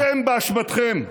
האנשים האלה, אתם, באשמתכם,